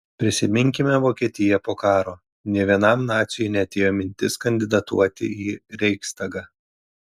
prisiminkime vokietiją po karo nė vienam naciui neatėjo mintis kandidatuoti į reichstagą